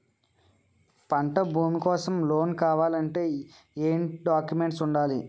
పంట భూమి కోసం లోన్ కావాలి అంటే ఏంటి డాక్యుమెంట్స్ ఉండాలి?